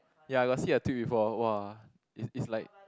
ya I got see a tube before !wah! is is like